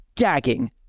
gagging